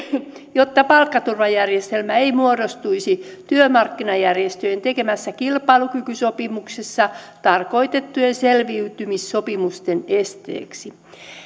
jotta palkkaturvajärjestelmä ei muodostuisi työmarkkinajärjestöjen tekemässä kilpailukykysopimuksessa tarkoitettujen selviytymissopimusten esteeksi